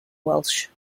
welsh